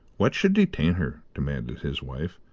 what should detain her, demanded his wife,